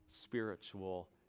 spiritual